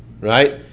right